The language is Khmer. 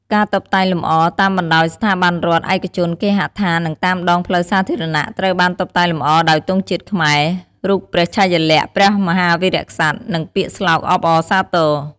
ការតុបតែងលម្អ តាមបណ្ដាស្ថាប័នរដ្ឋ ឯកជន គេហដ្ឋាន និងតាមដងផ្លូវសាធារណៈ ត្រូវបានតុបតែងលម្អដោយទង់ជាតិខ្មែរ រូបព្រះឆាយាល័ក្ខណ៍ព្រះមហាវីរក្សត្រ និងពាក្យស្លោកអបអរសាទរ។